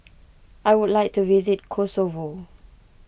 I would like to visit Kosovo